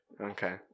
Okay